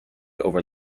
over